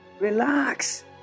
Relax